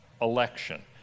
election